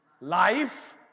life